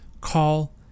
call